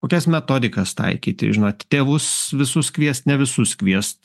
kokias metodikas taikyti žinot tėvus visus kviest ne visus kviest